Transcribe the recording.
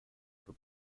for